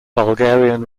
bulgarian